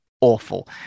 awful